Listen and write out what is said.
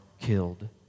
killed